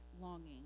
longing